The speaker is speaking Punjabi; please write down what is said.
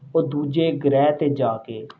ਉਹ ਦੂਜੇ ਗ੍ਰਹਿ 'ਤੇ ਜਾ ਕੇ